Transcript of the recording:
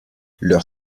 leurs